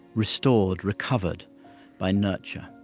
restored, recovered by nurture.